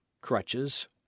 crutches